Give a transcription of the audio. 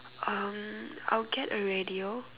um I'll get a radio